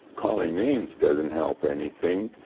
calling names doesn't help anything.